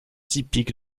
typique